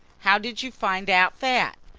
how did you find out that?